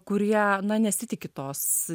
kurie nesitiki tos